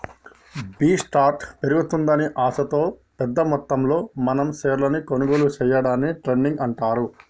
B స్టార్ట్ పెరుగుతుందని ఆశతో పెద్ద మొత్తంలో మనం షేర్లను కొనుగోలు సేయడాన్ని ట్రేడింగ్ అంటారు